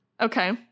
Okay